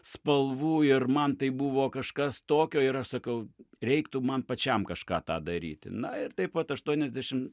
spalvų ir man tai buvo kažkas tokio ir aš sakau reiktų man pačiam kažką tą daryti na ir taip vat aštuoniasdešim